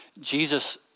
Jesus